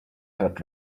hurt